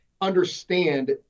understand